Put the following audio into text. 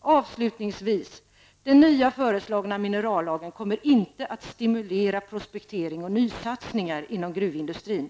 Avslutningsvis, den nya föreslagna minerallagen kommer inte att stimulera propektering och nysatsningar inom gruvindustrin.